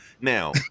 now